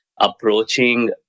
approaching